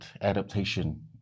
adaptation